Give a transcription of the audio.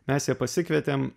mes ją pasikvietėm